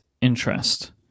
interest